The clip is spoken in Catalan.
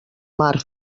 mar